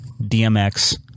DMX